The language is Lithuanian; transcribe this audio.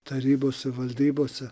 tarybose valdybose